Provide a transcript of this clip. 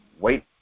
Wait